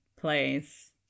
place